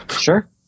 sure